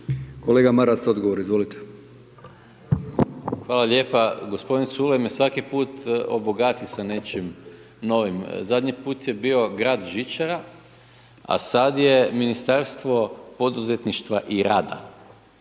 **Maras, Gordan (SDP)** Hvala lijepa, gospodin Culej me svaki put obogati sa nečim novim, zadnji put je bio grad žičara, a sad je Ministarstvo poduzetništva i rada.